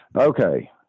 Okay